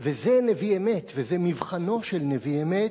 וזה נביא אמת וזה מבחנו של נביא אמת,